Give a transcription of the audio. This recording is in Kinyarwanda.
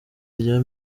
rya